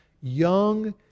young